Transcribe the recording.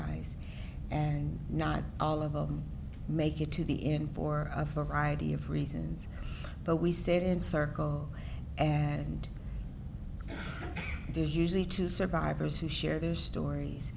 days and not all of them make it to the inn for a variety of reasons but we set in circle and there's usually two survivors who share their stories